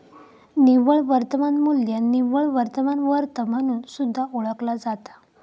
निव्वळ वर्तमान मू्ल्य निव्वळ वर्तमान वर्थ म्हणून सुद्धा ओळखला जाता